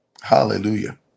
Hallelujah